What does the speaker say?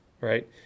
right